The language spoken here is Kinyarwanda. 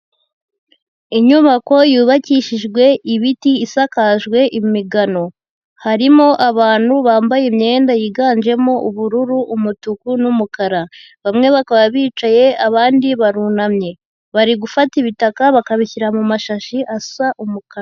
Inyubako yubakishijwe ibiti, isakajwe imigano. Harimo abantu bambaye imyenda yiganjemo ubururu, umutuku n'umukara. Bamwe bakaba bicaye, abandi barunamye. Bari gufata ibitaka bakabishyira mu mashashi asa umukara.